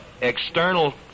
external